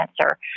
cancer